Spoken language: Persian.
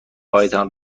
هایتان